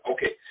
Okay